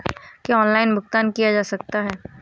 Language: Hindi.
क्या ऑनलाइन भुगतान किया जा सकता है?